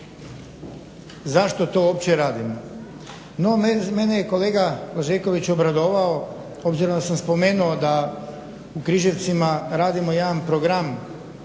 zašto to uopće radimo.